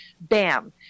bam